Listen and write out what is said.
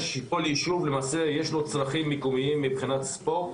לכל יישוב יש צרכים מקומיים מבחינת ספורט,